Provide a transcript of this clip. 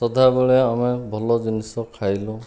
ସାଦାବେଳ ଆମେ ଭଲ ଜିନିଷ ଖାଇଲୁ